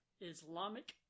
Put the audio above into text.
Islamic